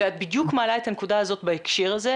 ואת בדיוק מעלה את הנקודה הזאת בהקשר הזה,